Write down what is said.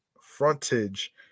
frontage